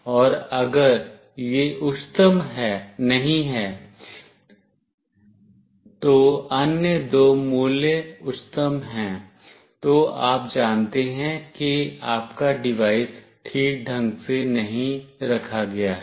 और अगर यह उच्चतम नहीं है तो अन्य दो मूल्य उच्चतम हैं तो आप जानते हैं कि आपका डिवाइस ठीक ढंग से नहीं रखा गया है